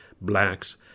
blacks